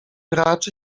raczy